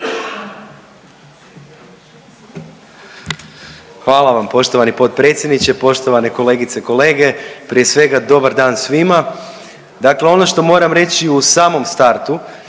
Hvala vam poštovani potpredsjedniče. Poštovane kolegice i kolege, prije svega dobar dan svima. Dakle, ono što moram reći u samom startu